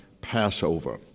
Passover